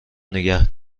نگه